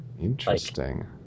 Interesting